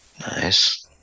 Nice